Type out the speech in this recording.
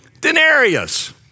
denarius